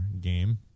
game